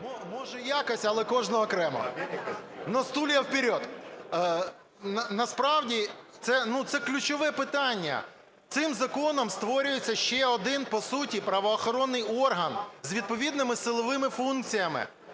Може, якось, але кожну окремо, "но стулья вперед". Насправді це ключове питання. Цим законом створюється ще один, по суті, правоохоронних орган з відповідними силовими функціями.